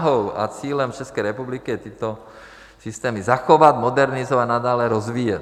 Snahou a cílem České republiky je tyto systémy zachovat, modernizovat, nadále rozvíjet.